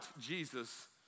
Jesus